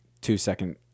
two-second